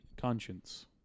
conscience